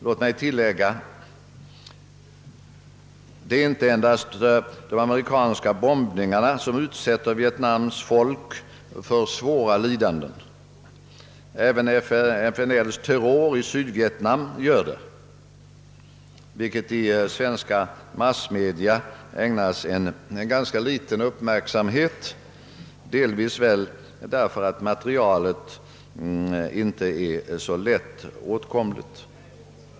Låt mig tillägga att det inte endast är de amerikanska bombningarna som utsätter Vietnams folk för svåra lidanden. Även FNL:s terror i Sydvietnam gör det, vilket i svenska massmedia ägnas ganska liten uppmärksamhet, delvis väl därför att materialet inte är så lättåtkomligt.